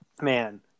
man